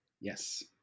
Yes